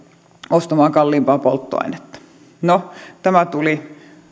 ostamaan kalliimpaa polttoainetta no tämä tuli